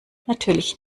natürlich